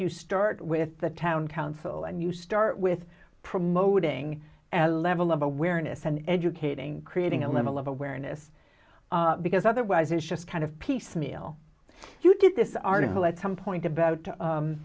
you start with the town council and you start with promoting a level of awareness and educating creating a level of awareness because otherwise it's just kind of piecemeal you did this article at some point about